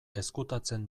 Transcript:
ezkutatzen